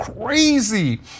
crazy